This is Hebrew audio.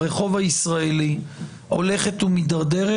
ברחוב הישראלי הולכת ומידרדרת,